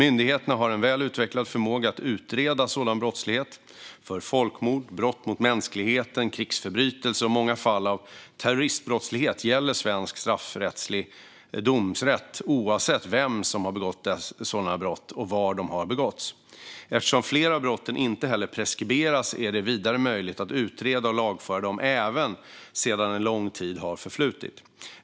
Myndigheterna har en väl utvecklad förmåga att utreda sådan brottslighet. För folkmord, brott mot mänskligheten, krigsförbrytelser och många fall av terroristbrottslighet gäller svensk straffrättslig domsrätt oavsett vem som har begått sådana brott och var de har begåtts. Eftersom flera av brotten inte heller preskriberas är det vidare möjligt att utreda och lagföra dem även sedan lång tid förflutit.